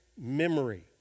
memory